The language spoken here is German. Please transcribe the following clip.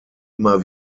immer